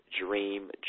Dream